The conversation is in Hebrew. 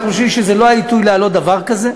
אנחנו חושבים שזה לא העיתוי להעלות דבר כזה.